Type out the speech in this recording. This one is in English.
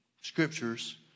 scriptures